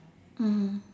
mm